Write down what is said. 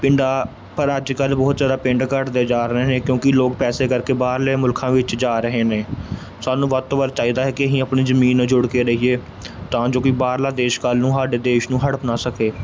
ਪਿੰਡਾਂ ਪਰ ਅੱਜ ਕੱਲ੍ਹ ਬਹੁਤ ਜ਼ਿਆਦਾ ਪਿੰਡ ਘੱਟਦੇ ਜਾ ਰਹੇ ਕਿਉਂਕਿ ਲੋਕ ਪੈਸੇ ਕਰਕੇ ਬਾਹਰਲੇ ਮੁਲਖਾਂ ਵਿੱਚ ਜਾ ਰਹੇ ਨੇ ਸਾਨੂੰ ਵੱਧ ਤੋਂ ਵੱਧ ਚਾਹੀਦਾ ਹੈ ਕਿ ਅਸੀਂ ਆਪਣੀ ਜ਼ਮੀਨ ਨਾਲ ਜੁੜ ਕੇ ਰਹੀਏ ਤਾਂ ਜੋ ਕਿ ਬਾਹਰਲਾ ਦੇਸ਼ ਕੱਲ੍ਹ ਨੂੰ ਹਾਡੇ ਦੇਸ਼ ਨੂੰ ਹੜਪ ਨਾ ਸਕੇ